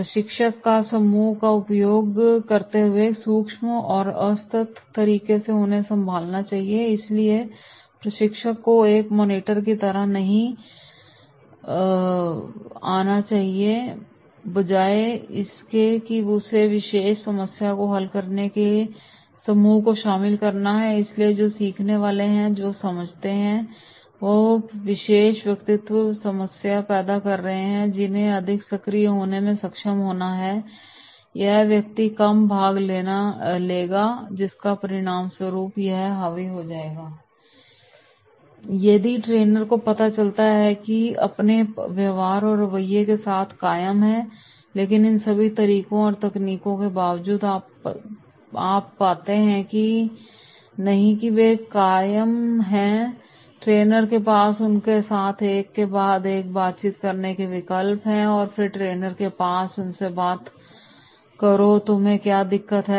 प्रशिक्षक को समूह का उपयोग करते हुए सूक्ष्म और असतत तरीके से उन्हें संभालना चाहिए इसलिए प्रशिक्षक को एक मॉनिटर की तरह नहीं आना चाहिए बजाय इसके कि उसे इस विशेष समस्या को हल करने में समूह को शामिल करना है इसलिए जो सीखने वाले हैं और जो समझते हैं वे हैं यह विशेष व्यक्ति समस्या पैदा कर रहा है उन्हें अधिक सक्रिय होने में सक्षम होना चाहिए और यह व्यक्ति कम भाग लेगा जिसके परिणामस्वरूप वह हावी हो जाएगा यदि ट्रेनर को पता चलता है कि वे अपने व्यवहार और रवैये के साथ कायम हैं लेकिन इन सभी तरकीबों और तकनीकों के बावजूद यदि आप पाते हैं कि नहीं तो वे कायम हैं ट्रेनर के पास उनके साथ एक के बाद एक बातचीत करने का विकल्प है और फिर ट्रेनर के पास है उनसे बात करो "तुम्हें क्या दिक्कत है